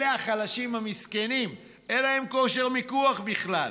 אלה החלשים המסכנים, אין להם כושר מיקוח בכלל.